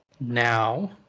Now